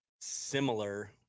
similar